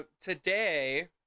Today